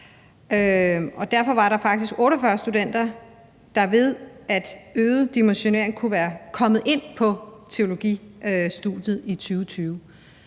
derfor var der faktisk 48 studenter, der ved øget dimensionering kunne være kommet ind på teologistudiet i 2020.